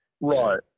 right